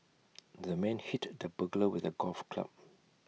the man hit the burglar with A golf club